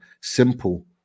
simple